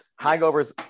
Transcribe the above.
Hangovers